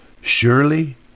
surely